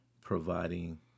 providing